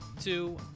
two